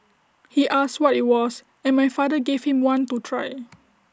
he asked what IT was and my father gave him one to try